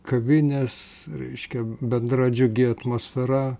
kavinės reiškia bendra džiugi atmosfera